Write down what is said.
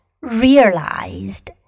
realized